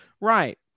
Right